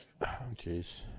jeez